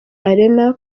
arena